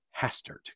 Hastert